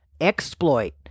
exploit